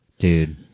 dude